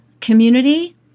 community